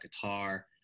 guitar